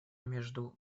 между